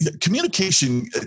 communication